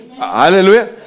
Hallelujah